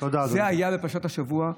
זה היה בפרשת השבוע,